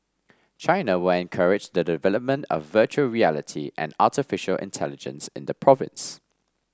China will encourage the development of virtual reality and artificial intelligence in the province